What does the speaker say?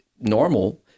normal